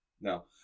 No